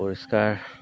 পৰিষ্কাৰ